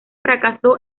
fracasó